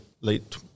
late